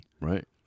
Right